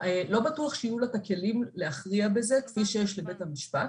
לא בטוח שיהיו לה את הכלים להכריע בזה כפי שיש לבית המשפט,